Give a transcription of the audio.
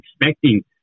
expecting –